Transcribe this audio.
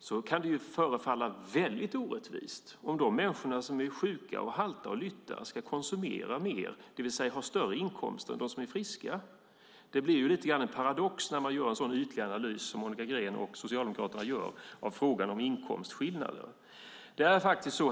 Det kan ju förefalla väldigt orättvist om människor som är sjuka, halta och lytta ska konsumera mer, det vill säga ha större inkomster, än de som är friska. Det blir lite grann en paradox när man gör en så ytlig analys som Monica Green och Socialdemokraterna gör av frågan om inkomstskillnader. Herr talman!